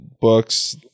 books